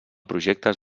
projectes